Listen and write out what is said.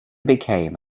became